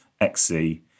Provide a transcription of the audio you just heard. xc